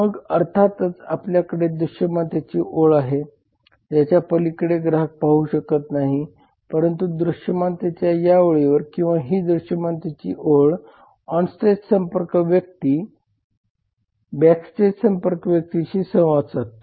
मग अर्थातच आपल्याकडे दृश्यमानतेची ओळ आहे ज्याच्या पलीकडे ग्राहक पाहू शकत नाही परंतु दृश्यमानतेच्या या ओळीवर किंवा ही दृश्यमानतेची ओळीवर ऑनस्टेज संपर्क व्यक्ती बॅकस्टेज संपर्क व्यक्तीशी संवाद साधतो